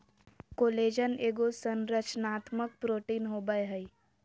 collagen एगो संरचनात्मक protein होबैय हइ